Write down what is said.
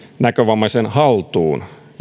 näkövammaisen haltuun